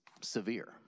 severe